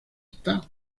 está